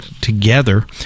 together